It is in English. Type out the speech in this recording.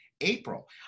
April